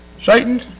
Satan